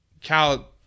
Cal